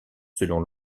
selon